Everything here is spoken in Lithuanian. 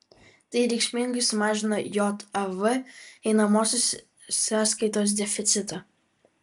tai reikšmingai sumažina jav einamosios sąskaitos deficitą